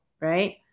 right